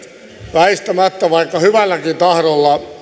väistämättä vaikka hyvälläkin tahdolla